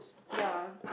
ya